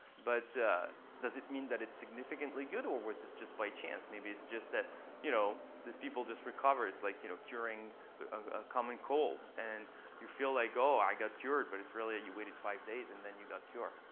but does it mean that it's significantly good, or was this just by chance. maybe it's just that you know these people just recovered. it's like you know curing a ah common cold. and you feel like, oh i got cured. but it's really you waited five days and then you got cured.